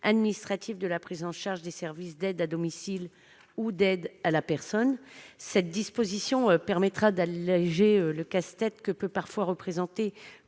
administrative de la prise en charge des services d'aide à domicile ou d'aide à la personne. Cet article permettra d'alléger le casse-tête que peut parfois représenter